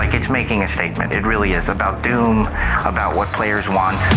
like it's making a statement it really is about doom about what players want